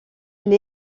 elle